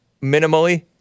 minimally